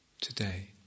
Today